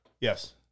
Yes